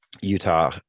Utah